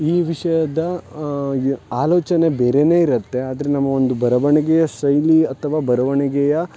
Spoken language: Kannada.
ಈ ವಿಷಯದ ಆಲೋಚನೆ ಬೇರೆಯೇ ಇರುತ್ತೆ ಆದರೆ ನಮ್ಮ ಒಂದು ಬರವಣಿಗೆಯ ಶೈಲಿ ಅಥವಾ ಬರವಣಿಗೆಯ